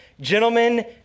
Gentlemen